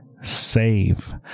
save